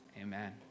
Amen